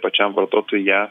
pačiam vartotojui ją